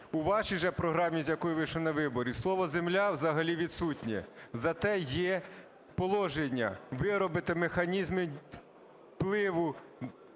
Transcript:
У вашій же програмі, з якою ви йшли на вибори, слово "земля" взагалі відсутнє, зате є положення: виробити механізм впливу